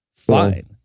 Fine